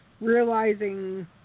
realizing